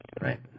right